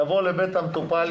יבוא לבית המטופל,